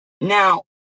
Now